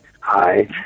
Hi